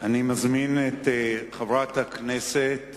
אני מזמין את חברת הכנסת